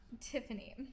Tiffany